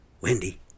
Wendy